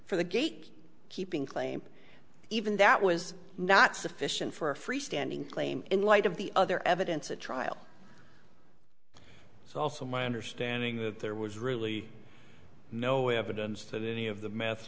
for the gate keeping claim even that was not sufficient for a freestanding claim in light of the other evidence at trial it's also my understanding that there was really no evidence that any of the meth